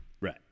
right